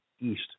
east